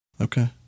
okay